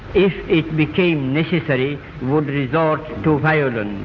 if it became necessary, would resort to violence.